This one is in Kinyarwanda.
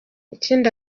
ikindi